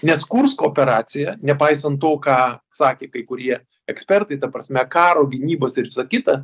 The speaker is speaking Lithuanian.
nes kursko operacija nepaisant to ką sakė kai kurie ekspertai ta prasme karo gynybos ir visa kita